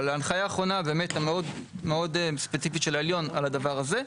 אבל ההנחיה האחרונה הספציפית מאוד של העליון על הדבר הזה.